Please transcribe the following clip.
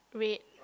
red